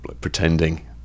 pretending